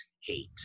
hate